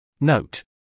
Note